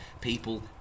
people